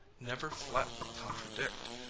never flatly contradict,